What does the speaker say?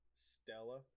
Stella